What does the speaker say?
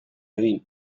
egin